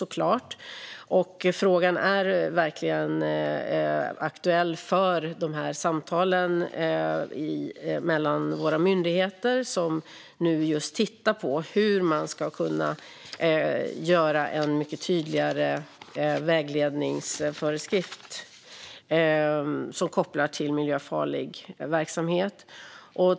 Frågan är verkligen aktuell för de här samtalen mellan våra myndigheter som just nu tittar på hur man ska kunna göra en mycket tydligare vägledningsföreskrift som kopplar till miljöfarlig verksamhet.